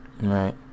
Right